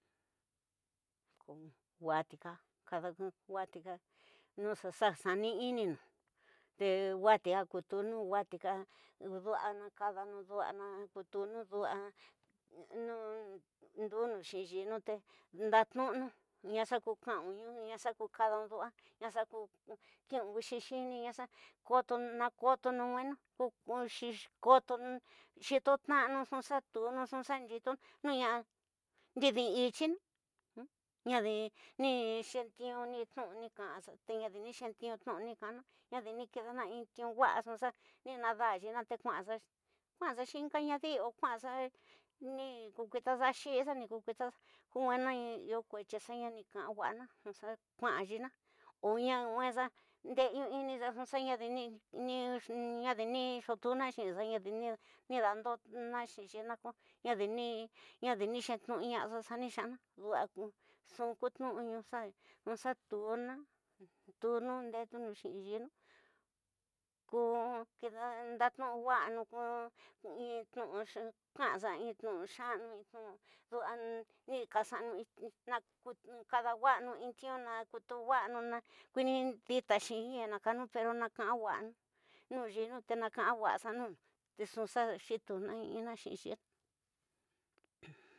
Ko watika, watika, noxaxani'ininu, te watika kutunu, watika ndua'a nakadanu, dua'a nakutunu, ndua'a ndunu xiin yiñu te ndatunu, ñaxa ku kañunu na xa ku kadaun ñdua, ñaxa ku kisiñ wiñi xiñuniñu, xa koton, ña koton ñnueñu, xe tanañu ñxu xa ñnuñu, ñxa ñyitunu, noña nadi titina, nadi ñi xeñituny ñnu ni kañaxa te ñni tiñu ñwaa ñxa ni ndañi ñañ yiñi te kuañaxa, kuañaxa xiñka ñadiñ o kuañaxa, ñi ko tuita da xiñixa, ñiko kutu xa, ñomweñu iyo kuetyi. Xa ña añi taxa ñdua ñxu ni xiña yiñi, ñoña ñweña ndeyu ñinxa xo xa nadi, nadi ni xa tiña, nadi ni ñandañi xiñxa, nadi ni ñi xetuñu ñaxa xa ñi xañaña, ñxu ku teñuñu xa ñno xa ñnua ñdua ñdetuñu xiñi yiñi ko ño ñnda ñnu wañu, ño ñin teño kañaxa ñin nu xa ñin nu ndua ntiñu ña xa ñu ni kada ñwañu ñtiñi, ña kutu ñwañu ñda xiñi ñu ñkañu pero ña ka'a wa'anu nu yiinu tena ka'a wa'axa nunu tenxu xa xituna in ina nxinxa.